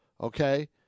okay